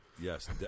Yes